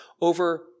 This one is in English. over